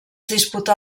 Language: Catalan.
disputà